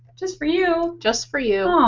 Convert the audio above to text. just for you. just for you.